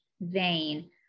vein